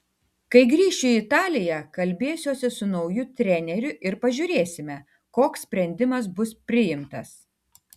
kai grįšiu į italiją kalbėsiuosi su nauju treneriu ir pažiūrėsime koks sprendimas bus priimtas